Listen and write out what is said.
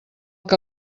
que